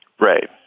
Right